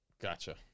Gotcha